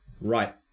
right